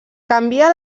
canvia